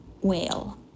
whale